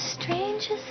strangest